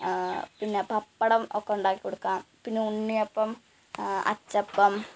പിന്നെ പപ്പടം ഒക്കെ ഉണ്ടാക്കി കൊടുക്കാം പിന്നെ ഉണ്ണിയപ്പം അച്ചപ്പം